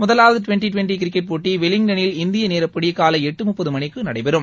முதலாவது twenty twenty cricket போட்டி வெலிங்டனில் இந்திய நேரப்படி காலை எட்டு முப்பது மணிக்கு நடைபெறும்